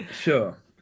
Sure